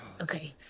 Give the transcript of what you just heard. Okay